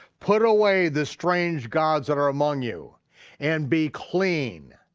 put away the strange gods that are among you and be clean.